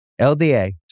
lda